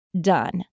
done